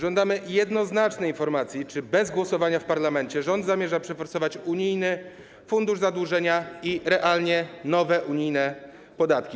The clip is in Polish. Żądamy jednoznacznej informacji, czy bez głosowania w parlamencie rząd zamierza przeforsować unijny fundusz zadłużenia i realnie nowe unijne podatki.